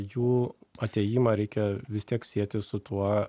jų atėjimą reikia vis tiek sieti su tuo